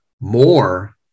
more